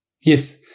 yes